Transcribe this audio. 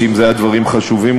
אם היו דברים חשובים,